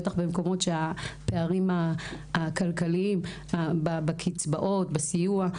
ובטח במקומות של הפערים הכלכליים בקצבאות ובסיוע,